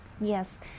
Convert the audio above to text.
Yes